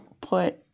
put